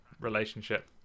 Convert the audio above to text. relationship